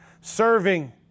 Serving